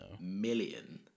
million